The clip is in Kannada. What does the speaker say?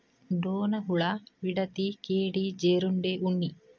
ಡೋಣ ಹುಳಾ, ವಿಡತಿ, ಕೇಡಿ, ಜೇರುಂಡೆ, ಉಣ್ಣಿ